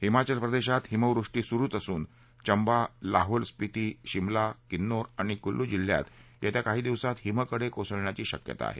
हिमावल प्रदेशात हिमवृष्टी सुरुच असून चंबा लाहोल स्पिती शिमला किन्नोर अणि कुल्लू जिल्ह्यांमध्ये येत्या काही दिवसात हिमकडे कोसळण्याची शक्यता आहे